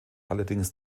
allerdings